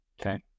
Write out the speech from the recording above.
okay